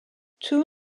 two